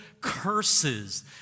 curses